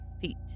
feet